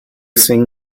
sing